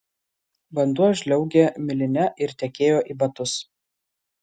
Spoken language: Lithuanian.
vanduo žliaugė miline ir tekėjo į batus